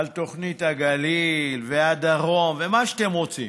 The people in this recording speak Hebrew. על תוכנית הגליל והדרום, ומה שאתם רוצים.